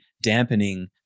dampening